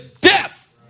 death